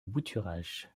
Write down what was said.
bouturage